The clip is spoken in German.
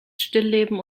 stillleben